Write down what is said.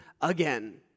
again